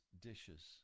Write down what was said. dishes